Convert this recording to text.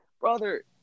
Brother